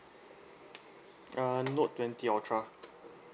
uh note twenty ultra